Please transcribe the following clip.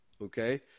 okay